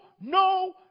no